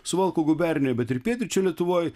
suvalkų gubernijoje bet ir pietryčių lietuvoj